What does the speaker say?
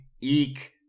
eek